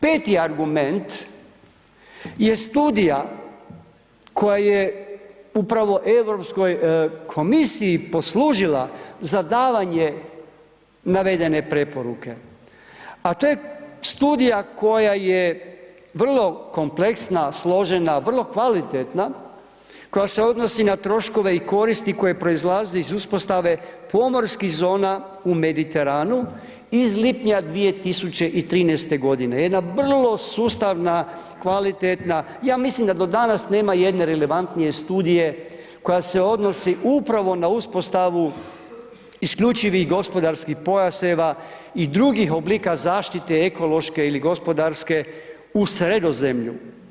5. argument je studija koja je upravo EU komisiji poslužila za davanje navedene preporuke, a to je studija koja je vrlo kompleksna, složena, vrlo kvalitetna, koja se odnosi na troškove i koristi koje proizlaze iz uspostave pomorskih zona u Mediteranu iz lipnja 2013. godine, jedna vrlo sustavna, kvalitetna, ja mislim da do danas nema jedne relevantnije studije koja se odnosi upravo na uspostavu IGP-ova i drugih oblika zaštite ekološke ili gospodarske u Sredozemlju.